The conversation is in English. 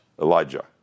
Elijah